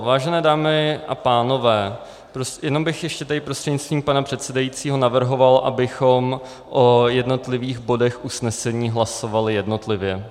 Vážené dámy a pánové, jenom bych ještě prostřednictvím pana předsedajícího navrhoval, abychom o jednotlivých bodech usnesení hlasovali jednotlivě.